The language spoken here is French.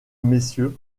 messieurs